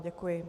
Děkuji.